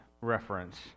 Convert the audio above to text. reference